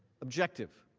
objective?